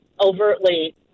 overtly